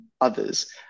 others